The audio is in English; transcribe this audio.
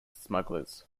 smugglers